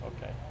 okay